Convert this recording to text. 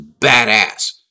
badass